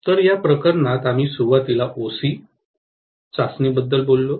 तर या प्रकरणात आम्ही सुरुवातीला ओसी चाचणीबद्दल बोललो